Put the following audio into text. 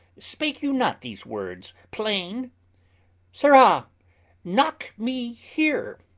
spake you not these words plain sirrah knock me here,